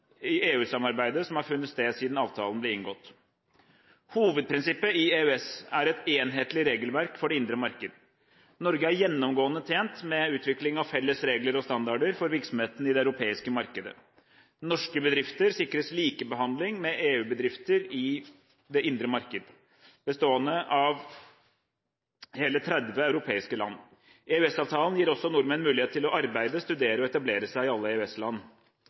i EU-samarbeidet som har funnet sted siden avtalen ble inngått. Hovedprinsippet i EØS-avtalen er et enhetlig regelverk for det indre marked. Norge er gjennomgående tjent med utvikling av felles regler og standarder for virksomheten i det europeiske markedet. Norske bedrifter sikres likebehandling med EU-bedrifter i det indre marked bestående av hele 30 europeiske land. EØS-avtalen gir også nordmenn mulighet til å arbeide, studere og etablere seg i alle